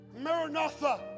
Maranatha